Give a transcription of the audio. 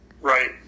Right